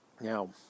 Now